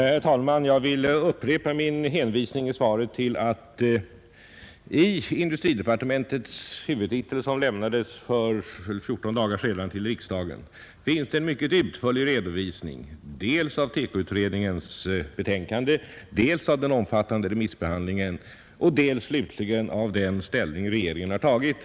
Herr talman! Jag vill upprepa min hänvisning i svaret att det i industridepartementets huvudtitel, som lämnades till riksdagen för fjorton dagar sedan, finns en mycket utförlig redovisning dels av TEKO-utredningens betänkande, dels av den omfattande remissbehandlingen, dels ock av den ställning regeringen har intagit.